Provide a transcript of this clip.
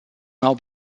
now